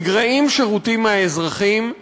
נגרעים שירותים מהאזרחים,